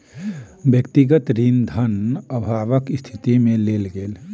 व्यक्तिगत ऋण धन अभावक स्थिति में लेल गेल